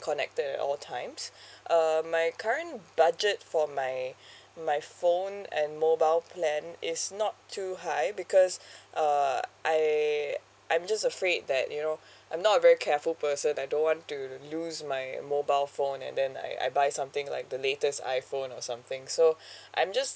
connected at all times err my current budget for my my phone and mobile plan is not too high because uh I I'm just afraid that you know I'm not very careful person I don't want to lose my mobile phone and then I I buy something like the latest iphone or something so I'm just